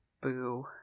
boo